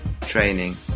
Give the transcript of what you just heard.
training